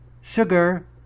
sugar